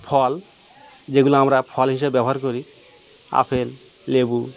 ফল যেগুলো আমরা ফল হিসেবে ব্যবহার করি আপেল লেবু